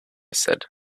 said